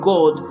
God